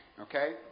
Okay